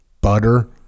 butter